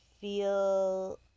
feel